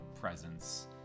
presence